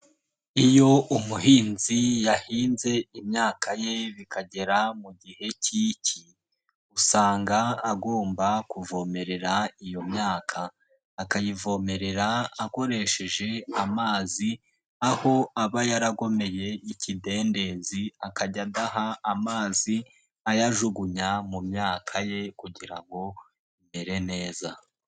Iyo umuhinzi yahinze imyaka ye bikagera mu gihe k'iki usanga agomba kuvomerera iyo myaka, akayivomerera akoresheje amazi aho aba yaragomeye y'ikidendezi, akajya adaha amazi ayajugunya mu myaka ye kugira ngo imere neza.